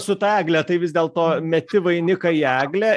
su ta egle tai vis dėlto meti vainiką į eglę